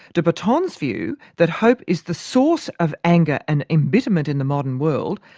de botton's view, that hope is the source of anger and embitterment in the modern world,